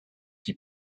qui